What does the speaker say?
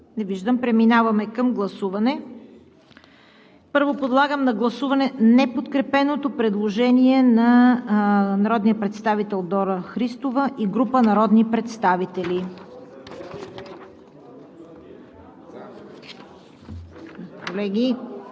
Благодаря, уважаеми господин Марешки. Други изказвания? Не виждам. Преминаваме към гласуване. Първо подлагам на гласуване неподкрепеното предложение на народния представител Дора Христова и група народни представители.